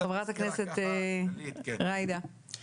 חברת הכנסת ג'ידא, בבקשה.